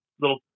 little